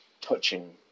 touching